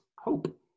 hope